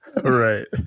Right